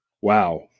Wow